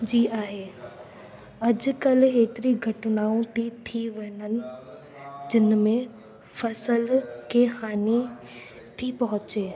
जी आहे अॼुकल्ह एतिरी घटनाऊं थी थी वञनि जिनमें फसल खे हानी थी पोहचे